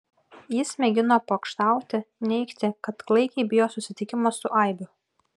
jis mėgino pokštauti neigti kad klaikiai bijo susitikimo su aibių